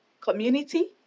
community